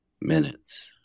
minutes